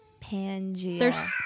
Pangea